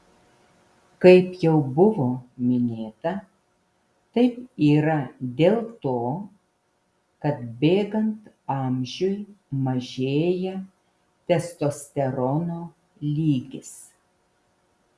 kaip jau buvo minėta taip yra dėl to kad bėgant amžiui mažėja testosterono lygis